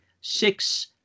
six